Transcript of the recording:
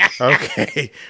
okay